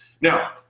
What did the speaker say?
Now